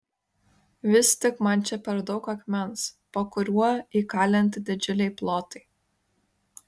vis tik man čia per daug akmens po kuriuo įkalinti didžiuliai plotai